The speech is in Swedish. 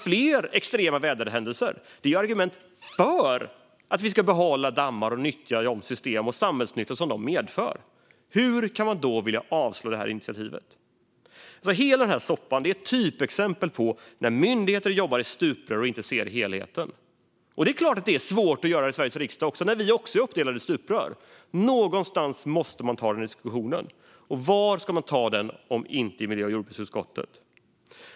Fler extrema väderhändelser är ju ett argument för att behålla dammar och nyttja de samhällsnyttor som de medför. Hur kan Vänsterpartiet då vilja avslå detta initiativ? Hela den här soppan är ett typexempel på när myndigheter jobbar i stuprör och inte ser helheten. Det är svårt även i Sveriges riksdag eftersom vi också är uppdelade i stuprör. Någonstans måste vi ta denna diskussion, och var ska den tas om inte i miljö och jordbruksutskottet?